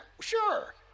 Sure